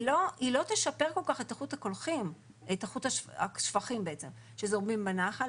היא לא תשפר כל כך את איכות השפכים בעצם שזורמים בנחל,